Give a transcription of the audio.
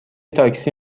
تاکسی